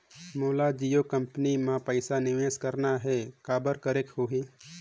मोला जियो कंपनी मां पइसा निवेश करना हे, काबर करेके होही?